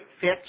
fits